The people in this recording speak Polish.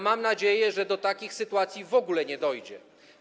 Mam nadzieję, że do takich sytuacji w ogóle nie dojdzie.